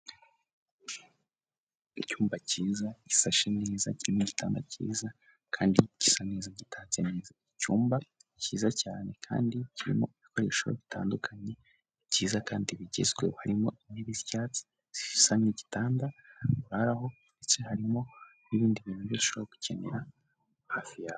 Icyumba cyiza gishashe neza, kirimo igitanda cyiza kandi gisa neza gitatse neza, n'icyumba cyiza cyane kandi kirimo ibikoresho bitandukanye byiza kandi bigezweho ,harimo intebe z'icyatsi zisa nk'igitanda muraho ndetse harimo n'ibindi bintu byose ushobora gukenera hafi yawe.